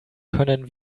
können